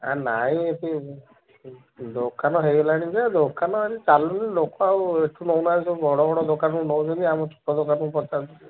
ଆ ନାଇଁ ଏଠି ଦୋକାନ ହୋଇଗଲାଣି ଯେ ଦୋକାନ ଚାଲୁନି ଲୋକ ଆଉ ଏଠୁ ନେଉନାହାନ୍ତି ଯେଉଁ ବଡ଼ ବଡ଼ ଦୋକାନରୁ ନେଉଛନ୍ତି ଆମ ଛୁଟ ଦୋକାନକୁ ପଚାରୁଛି କିଏ